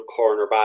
cornerback